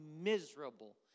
miserable